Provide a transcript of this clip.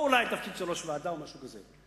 או אולי תפקיד של ראש ועדה או משהו כזה.